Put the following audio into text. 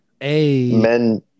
men